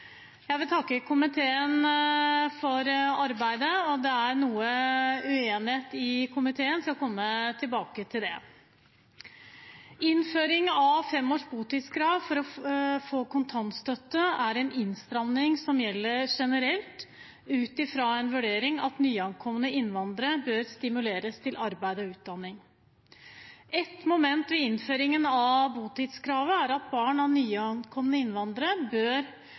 Jeg vil takke komiteen for arbeidet. Det er noe uenighet i komiteen, og jeg skal komme tilbake til det. Innføringen av botidskravet på fem år for å få kontantstøtte er en innstramming som gjelder generelt, ut fra en vurdering om at nyankomne innvandrere bør stimuleres til arbeid og utdanning. Ett moment ved innføringen av botidskravet er at barn av nyankomne innvandrere bør